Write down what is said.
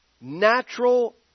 natural